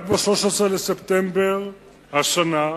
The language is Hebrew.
רק ב-13 בספטמבר השנה,